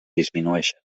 disminueixen